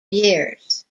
years